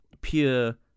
Pure